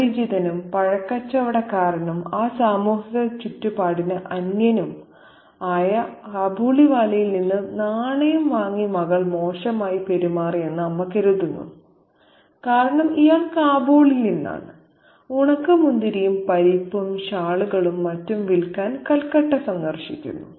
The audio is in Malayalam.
അപരിചിതനും പഴക്കച്ചവടക്കാരനും ആ സാമൂഹിക ചുറ്റുപാടിന് അന്യനും ആയ കാബൂളിവാലയിൽ നിന്ന് നാണയം വാങ്ങി മകൾ മോശമായി പെരുമാറിയെന്ന് അമ്മ കരുതുന്നു കാരണം ഇയാൾ കാബൂളിൽ നിന്നാണ് ഉണക്കമുന്തിരിയും പരിപ്പും ഷാളുകളും മറ്റും വിൽക്കാൻ കൽക്കട്ട സന്ദർശിക്കുന്നു